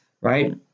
right